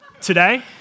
today